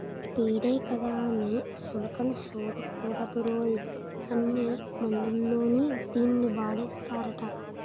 పేడే కదా అని సులకన సూడకూడదురోయ్, అన్ని మందుల్లోని దీన్నీ వాడేస్తారట